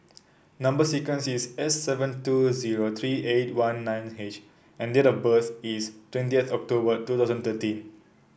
number sequence is S seven two zero three eight one nine H and date of birth is twentieth October two thousand thirteen